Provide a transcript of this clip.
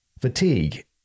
fatigue